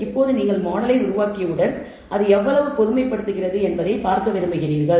இப்போது நீங்கள் மாடலை உருவாக்கியவுடன் அது எவ்வளவு பொதுமைப்படுத்துகிறது என்பதைப் பார்க்க விரும்புகிறீர்கள்